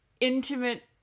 intimate